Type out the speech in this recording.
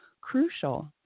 crucial